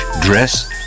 dress